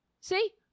See